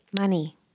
Money